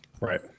Right